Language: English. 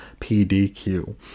PDQ